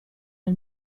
nel